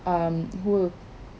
um who